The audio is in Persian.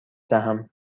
دهم